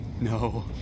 No